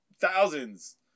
thousands